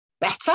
better